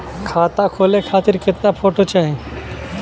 खाता खोले खातिर केतना फोटो चाहीं?